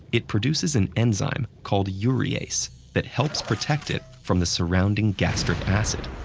it produces an enzyme called urease that helps protect it from the surrounding gastric acid.